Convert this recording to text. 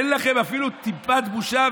אין לכם אפילו טיפת בושה.